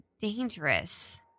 dangerous